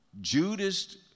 Judas